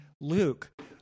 Luke